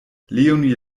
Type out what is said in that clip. leonie